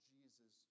Jesus